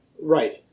Right